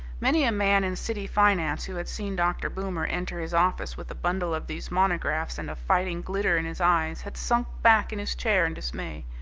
many a man in city finance who had seen dr. boomer enter his office with a bundle of these monographs and a fighting glitter in his eyes had sunk back in his chair in dismay.